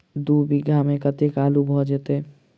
दु बीघा मे कतेक आलु भऽ जेतय?